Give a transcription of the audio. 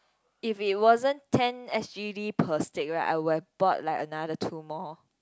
if it wasn't ten S_G_D per stick right I would have bought like another two more